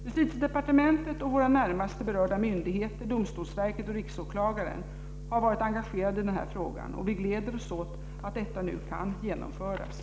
Justitiedepartementet och våra närmast berörda myndigheter — domstolsverket och riksåklagaren — har varit engagerade i den här frågan och vi gläder oss åt att detta nu kan genomföras.